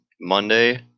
Monday